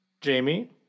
Jamie